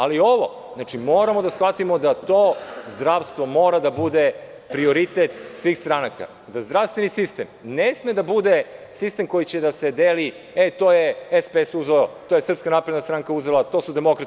Ali ovo, moramo da shvatimo da to zdravstvo mora da bude prioritet svih stranaka, da zdravstveni sistem ne sme da bude sistem koji će da se deli – to je SPS uzeo, to je SNS uzela, to su demokrate